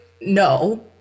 No